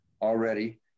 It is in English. already